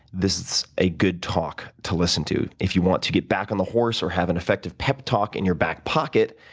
this is a good talk to listen to. if you want to get back on the horse or have an effective pep talk in your back pocket,